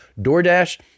DoorDash